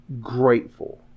grateful